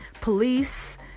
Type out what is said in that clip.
police